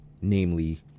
namely